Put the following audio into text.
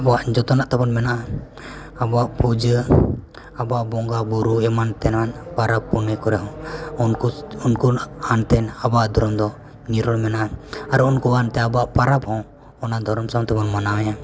ᱟᱵᱚᱣᱟᱜ ᱡᱚᱛᱚᱣᱟᱜ ᱛᱟᱵᱚᱱ ᱢᱮᱱᱟᱜᱼᱟ ᱟᱵᱚᱣᱟᱜ ᱯᱩᱡᱟᱹ ᱟᱵᱚᱣᱟᱜ ᱵᱚᱸᱜᱟ ᱵᱩᱨᱩ ᱮᱢᱟᱱ ᱛᱮᱢᱟᱱ ᱯᱟᱨᱟᱵᱽᱼᱯᱩᱱᱟᱹᱭ ᱠᱚᱨᱮ ᱦᱚᱸ ᱩᱱᱠᱩ ᱩᱱᱠᱩ ᱦᱟᱱᱛᱮ ᱟᱵᱚᱣᱟᱜ ᱫᱷᱚᱨᱚᱢ ᱫᱚ ᱱᱤᱨᱚᱲ ᱢᱮᱱᱟᱜᱼᱟ ᱟᱨ ᱩᱱᱠᱩᱣᱟᱱᱛᱮ ᱟᱵᱚᱣᱟᱜ ᱯᱟᱨᱟᱵᱽ ᱦᱚᱸ ᱚᱱᱟ ᱫᱷᱚᱨᱚᱢ ᱥᱟᱶᱛᱮᱵᱚᱱ ᱢᱟᱱᱟᱣᱮᱫᱼᱟ